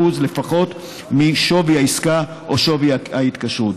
לפחות משווי העסקה או שווי ההתקשרות,